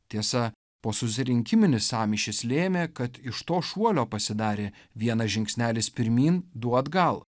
tiesa po susirinkimo sąmyšis lėmė kad iš to šuolio pasidarė vienas žingsnelis pirmyn du atgal